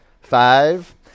Five